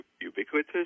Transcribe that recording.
ubiquitous